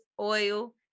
oil